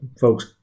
folks